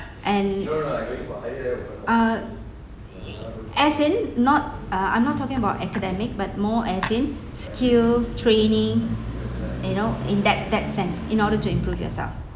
and uh as in not uh I'm not talking about academic but more as in skill training you know in that that sense in order to improve yourself